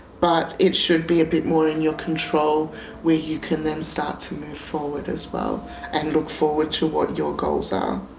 but it should be a bit more in your control where you can then start to move forward as well and look forward to what your goals are.